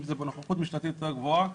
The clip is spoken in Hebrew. אם זה בנוכחות משטרתית יותר גבוהה,